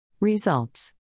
Results